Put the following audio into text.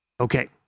Okay